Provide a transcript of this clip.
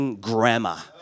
Grammar